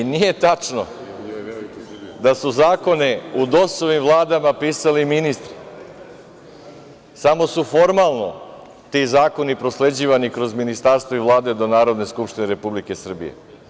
I nije tačno da su zakone u DOS-ovim vladama pisali ministri, samo su formalno ti zakoni prosleđivani kroz ministarstvo i Vlade do Narodne skupštine Republike Srbije.